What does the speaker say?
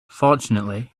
fortunately